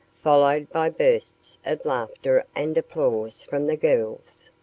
followed by bursts of laughter and applause from the girls.